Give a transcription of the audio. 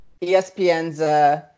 ESPN's